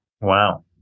wow